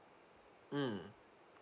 mm